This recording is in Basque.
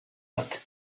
bat